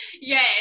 Yes